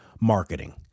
marketing